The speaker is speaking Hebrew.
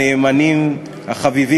אין נמנעים.